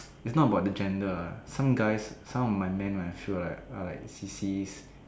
it's not about the gender ah some guys some of my men right I feel like are like sissies